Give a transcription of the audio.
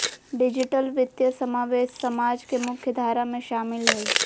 digital वित्तीय समावेश समाज के मुख्य धारा में शामिल हइ